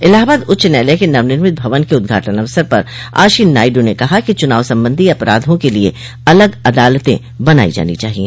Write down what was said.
इलाहाबाद उच्च न्यायालय के नवनिर्मित भवन के उद्घाटन अवसर पर आज श्री नायडू ने कहा कि चुनाव संबंधी अपराधों के लिए अलग अदालतें बनाई जानी चाहिए